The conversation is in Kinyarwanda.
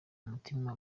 umutima